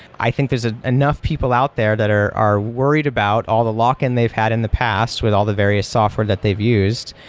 i think there's ah enough people out there that are are worried about all the lock in they've had in the past with all the various software that they've used.